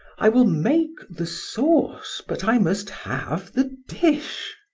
i will make the sauce but i must have the dish.